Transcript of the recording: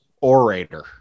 orator